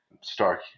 Stark